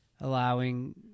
allowing